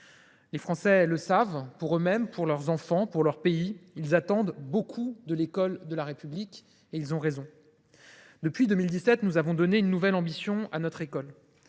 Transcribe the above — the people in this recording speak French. Les Français le savent. Pour eux mêmes, pour leurs enfants, pour leurs pays, ils attendent beaucoup de l’école de la République, et ils ont raison. Depuis 2017, nous avons donné une nouvelle ambition à notre école